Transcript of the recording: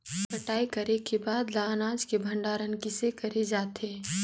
कटाई करे के बाद ल अनाज के भंडारण किसे करे जाथे?